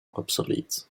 obsolete